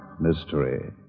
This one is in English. Mystery